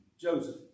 Joseph